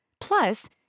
Plus